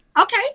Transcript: Okay